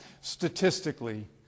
statistically